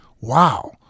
wow